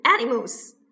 animals